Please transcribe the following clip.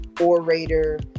orator